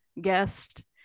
guest